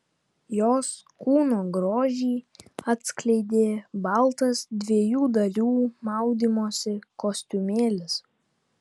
jos kūno grožį atskleidė baltas dviejų dalių maudymosi kostiumėlis